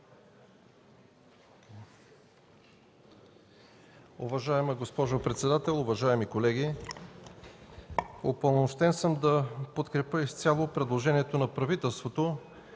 Уважаема госпожо председател, уважаеми колеги! Упълномощен съм да подкрепя изцяло предложенията на правителството